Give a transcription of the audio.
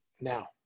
Now